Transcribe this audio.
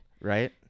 right